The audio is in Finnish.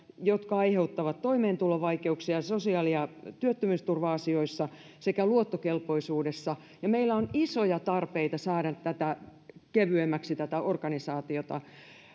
jotka aiheuttavat toimeentulovaikeuksia sosiaali ja työttömyysturva asioissa sekä luottokelpoisuudessa ja meillä on isoja tarpeita saada kevyemmäksi tätä organisaatiota